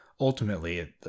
Ultimately